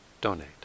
donate